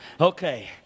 Okay